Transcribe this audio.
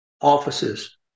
offices